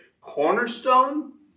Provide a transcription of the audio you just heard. cornerstone